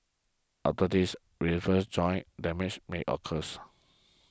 after this reverse joint damage may occurs